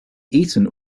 eaton